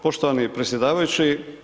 Poštovani predsjedavajući.